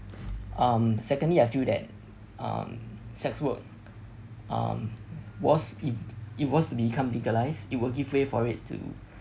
um secondly I feel that um sex work um was if it was to become legalize it will give way for it to